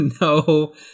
No